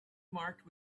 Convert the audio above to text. marked